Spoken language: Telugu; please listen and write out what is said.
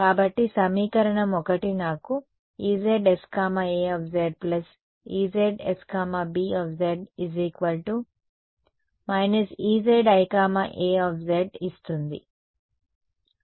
కాబట్టి సమీకరణం 1 నాకు Ez sA EzsB − Ezi A ఇస్తుంది